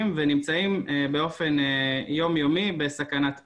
ונמצאים באופן יום יומי בסכנת פינוי.